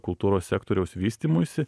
kultūros sektoriaus vystymuisi